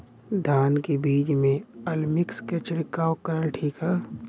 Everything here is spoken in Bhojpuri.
धान के बिज में अलमिक्स क छिड़काव करल ठीक ह?